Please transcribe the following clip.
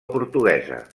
portuguesa